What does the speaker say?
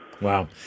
Wow